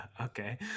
Okay